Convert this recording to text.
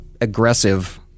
aggressive